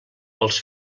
els